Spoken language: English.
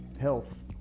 health